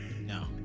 No